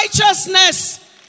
righteousness